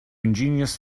ingenious